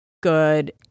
good